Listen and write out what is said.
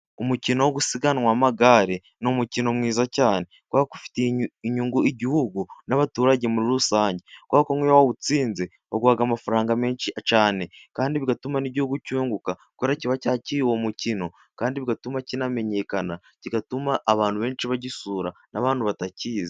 Umukino wo gusiganwa w'amagare, ni umukino mwiza cyane kubera ko ufitiye inyungu igihugu n'abaturage muri rusange, kubera ko iyo wawutsinze baguha amafaranga menshi cyane, kandi bigatuma n'igihugu cyunguka, kubera kiba cyakira uwo mukino kandi bigatuma kinamenyekana, kigatuma abantu benshi bagisura n'abantu batakizi.